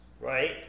right